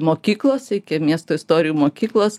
mokyklos iki miesto istorijų mokyklos